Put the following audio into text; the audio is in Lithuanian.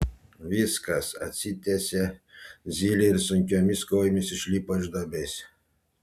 viskas atsitiesė zylė ir sunkiomis kojomis išlipo iš duobės